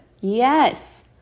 yes